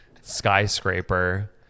skyscraper